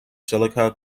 silica